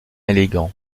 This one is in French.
élégant